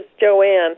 Joanne